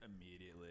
immediately